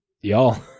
y'all